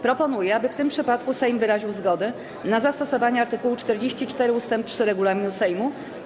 Proponuję, aby w tym przypadku Sejm wyraził zgodę na zastosowanie art. 44 ust. 3 regulaminu Sejmu.